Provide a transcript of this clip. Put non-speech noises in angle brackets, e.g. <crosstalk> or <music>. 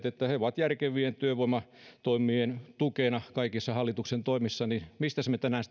<unintelligible> että he ovat järkevien työvoimatoimien tukena kaikissa hallituksen toimissa niin mistäs me me tänään <unintelligible>